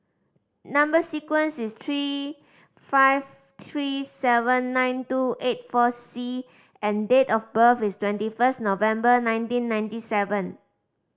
number sequence is three five three seven nine two eight four C and date of birth is twenty first November nineteen ninety seven